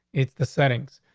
it's the settings.